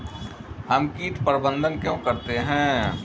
हम कीट प्रबंधन क्यों करते हैं?